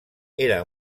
era